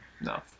No